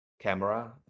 camera